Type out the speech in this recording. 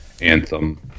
Anthem